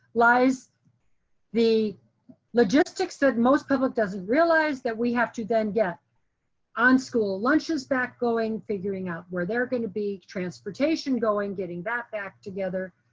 lies the logistics that most public doesn't realize that we have to then get on school lunches back going, figuring out where they're going to be transportation going, getting that back together.